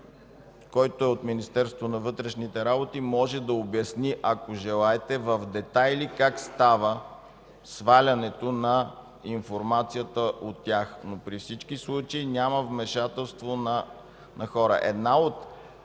Който е от Министерството на вътрешните работи, може да обясни в детайли, ако желаете, как става свалянето на информацията от тях. При всички случаи обаче няма вмешателство на хора. Една от